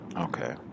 Okay